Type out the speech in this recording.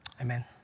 Amen